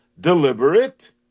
deliberate